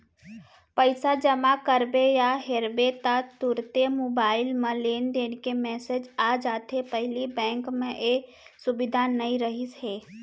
पइसा जमा करबे या हेरबे ता तुरते मोबईल म लेनदेन के मेसेज आ जाथे पहिली बेंक म ए सुबिधा नई रहिस हे